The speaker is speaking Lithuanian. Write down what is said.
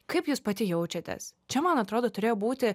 kaip jūs pati jaučiatės čia man atrodo turėjo būti